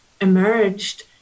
emerged